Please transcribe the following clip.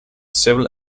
civil